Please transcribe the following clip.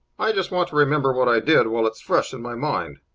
i just want to remember what i did while it's fresh in my mind.